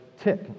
tick